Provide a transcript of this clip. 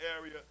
area